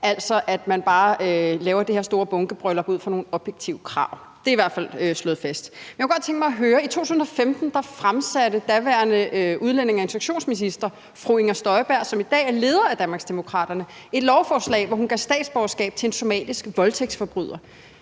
altså at man bare laver det her store bunkebryllup ud fra nogle objektive krav. Det er i hvert fald slået fast. Jeg kunne godt tænke mig at høre: I 2015 fremsatte daværende udlændinge- og integrationsminister, fru Inger Støjberg, som i dag er leder af Danmarksdemokraterne, et lovforslag, hvor hun gav statsborgerskab til en somalisk voldtægtsforbryder;